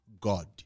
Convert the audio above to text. God